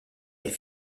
est